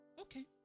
Okay